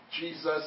Jesus